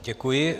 Děkuji.